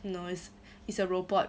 no it's it's a robot